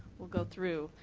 we'll go through.